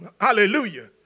Hallelujah